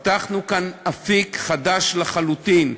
פתחנו כאן אפיק חדש לחלוטין,